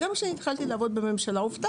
גם דורי וגם אני חדשות בתפקיד,